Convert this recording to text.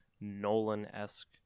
Nolan-esque